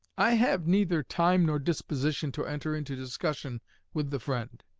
i have neither time nor disposition to enter into discussion with the friend,